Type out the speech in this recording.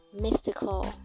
mystical